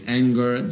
anger